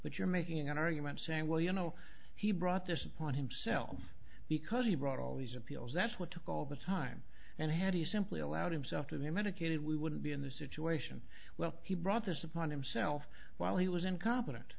but you're making an argument saying well you know he brought this upon himself because he brought all these appeals that's what took all the time and had he simply allowed himself to be medicated we wouldn't be in the situation well he brought this upon himself while he was incompetent